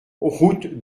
route